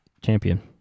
champion